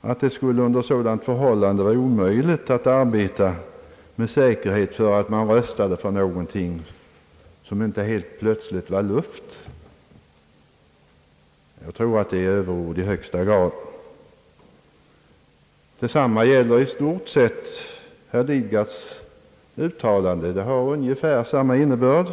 Han hävdar ju att det under sådana förhållanden inte skulle vara möjligt att arbeta med säkerhet för att man inte röstade för någonting som helt plötsligt var luft. Jag tror detta är överord i högsta grad. Detsamma gäller i stort sett herr Lidgards uttalande, som har ungefär samma innebörd.